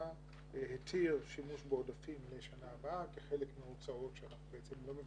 התיר שימוש בעודפים לשנה הבאה כחלק מההוצאות שאנחנו לא מבצעים,